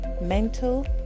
mental